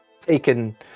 taken